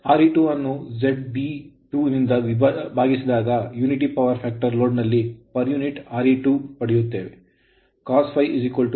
Re2 ಅನ್ನು ZB2 ನಿಂದ ಭಾಗಿಸಿದಾಗ unity ಪವರ್ ಫ್ಯಾಕ್ಟರ್ ಲೋಡ್ ನಲ್ಲಿ perunit Re2 ನಾವು ಪಡೆಯುತ್ತೇವೆ cos∅ 1